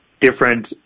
different